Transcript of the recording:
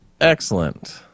excellent